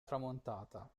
tramontata